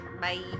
Bye